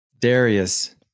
Darius